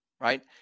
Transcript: right